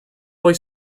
poi